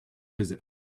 visit